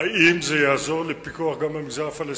האם זה יעזור לפיקוח גם במגזר הפלסטיני,